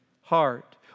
heart